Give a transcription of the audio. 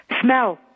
Smell